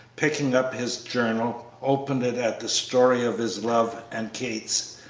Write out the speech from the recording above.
picking up his journal, opened it at the story of his love and kate's.